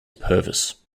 purvis